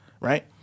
right